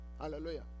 Hallelujah